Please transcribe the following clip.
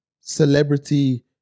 celebrity